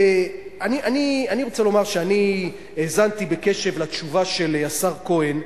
אני רוצה לומר שאני האזנתי בקשב לתשובה של השר כהן,